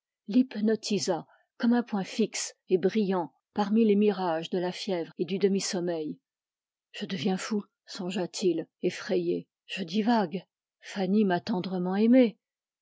comme un point fixe et brillant parmi les mirages de la fièvre et du demi-sommeil je deviens fou songea-t-il je divague fanny m'a tendrement aimé